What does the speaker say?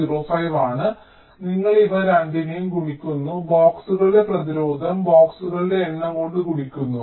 05 ആണ് നിങ്ങൾ ഇവ രണ്ടിനെയും ഗുണിക്കുന്നു ബോക്സുകളുടെ പ്രതിരോധം ബോക്സുകളുടെ എണ്ണം കൊണ്ട് ഗുണിക്കുന്നു